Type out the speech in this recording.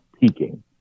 peaking